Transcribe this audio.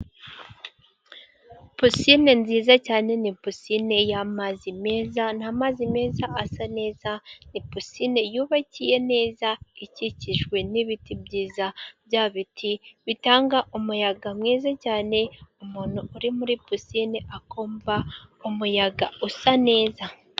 Pisine nziza cyane, ni pissine yamazi meza, ni amazi meza asa neza, ni pisine yubakiye neza, ikikijwe n'ibiti byiza, bya biti bitanga umuyaga mwiza cyane, umuntu uri muri pisine akumva umuyaga usa neza.